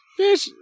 Bitch